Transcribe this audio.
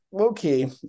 okay